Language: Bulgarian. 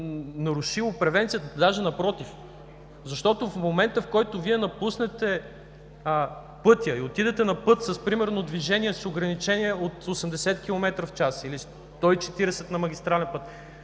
превенцията, даже напротив. Защото в момента, в който Вие напуснете пътя и отидете на път примерно с ограничение от 80 км в час или 140 на магистрален път,